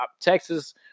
Texas